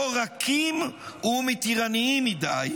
או רכים ומתירניים מדי,